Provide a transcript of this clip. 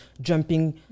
jumping